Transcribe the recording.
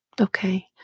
Okay